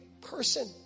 person